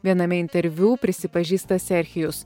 viename interviu prisipažįsta serchijus